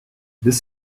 this